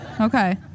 Okay